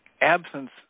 absence